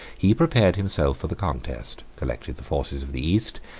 he prepared himself for the contest, collected the forces of the east,